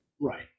Right